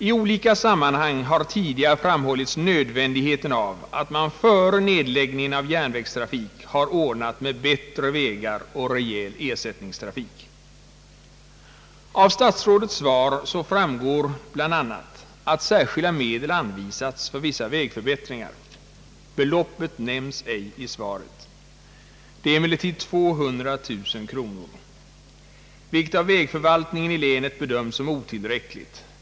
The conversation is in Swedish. I olika sammanhang har tidigare framhållits nödvändigheten av att man före nedläggning av järnvägstrafik har ordnat med bättre vägar och rejäl ersättningstrafik. Av statsrådets svar framgår bl.a. att särskilda medel anvisats för vissa vägförbättringar. Beloppet nämns ej i svaret. Det är emellertid 200 000 kronor, vilket av vägförvaltningen i länet bedöms som otillräckligt.